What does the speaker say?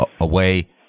away